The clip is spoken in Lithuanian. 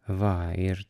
va ir